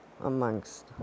amongst